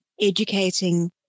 educating